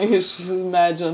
iš medžio